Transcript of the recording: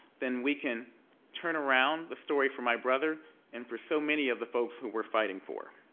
then we can turn around the story for my brother and for so many of the folks who we're fighting for.